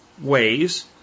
ways